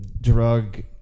drug